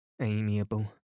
Amiable